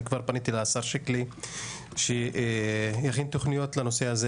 אני כבר פניתי לשר שיקלי שיכין תוכניות לנושא הזה,